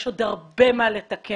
יש עוד הרבה מה לתקן,